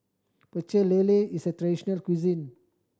Pecel Lele is a traditional local cuisine